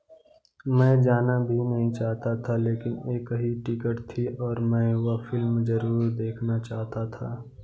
मैं जाना भी नहीं चाहता था लेकिन एक ही टिकट थी और मैं वह फिल्म जरूर देखना चाहता था